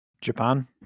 japan